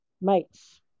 mates